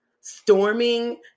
storming